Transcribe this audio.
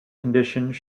conditions